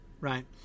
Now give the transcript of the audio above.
right